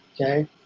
okay